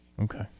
Okay